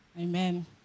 Amen